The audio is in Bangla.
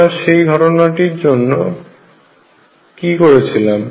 আমরা সেই ঘটনাটির জন্য কি করেছিলাম